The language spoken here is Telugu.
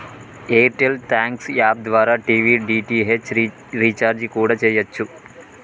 ఎయిర్ టెల్ థ్యాంక్స్ యాప్ ద్వారా టీవీ డీ.టి.హెచ్ రీచార్జి కూడా చెయ్యచ్చు